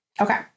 Okay